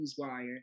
newswire